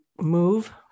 move